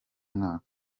mwaka